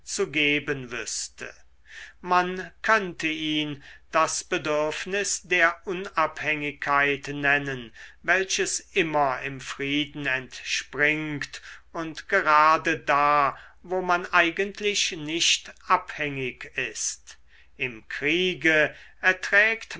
zu geben wüßte man könnte ihn das bedürfnis der unabhängigkeit nennen welches immer im frieden entspringt und gerade da wo man eigentlich nicht abhängig ist im kriege erträgt